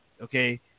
okay